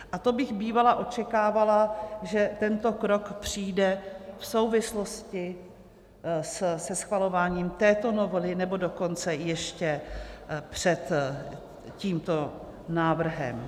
A to bych bývala očekávala, že tento krok přijde v souvislosti se schvalováním této novely, nebo dokonce před tímto návrhem.